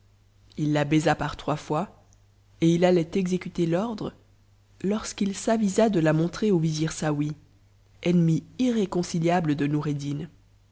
la baisa par trois fois et it allait exécuter l'ordre lorsqu'il s'avisa de la montrer au vizir saouy ennemi irréconciliable de noureddin